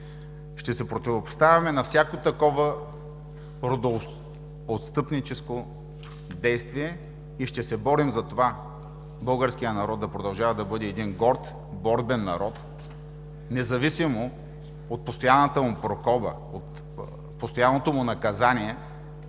Ще се противопоставяме на всяко такова родоотстъпничество в действие и ще се борим за това българският народ да продължава да бъде един горд борбен народ, независимо от постоянната му прокоба, от постоянното му наказание